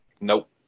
Nope